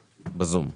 בזום.